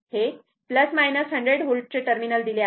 हे 100 व्होल्टचे टर्मिनल दिले आहे